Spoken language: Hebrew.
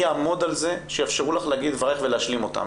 אני אעמוד על כך שיאפשרו לך לומר את דבריך ולהשלים אותם.